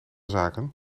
zaken